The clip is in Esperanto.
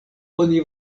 oni